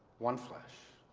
one flesh.